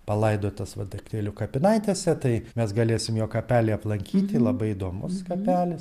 palaidotas vadaktėlių kapinaitėse tai mes galėsim jo kapelį aplankyti labai įdomus kapelis